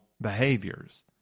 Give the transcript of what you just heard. behaviors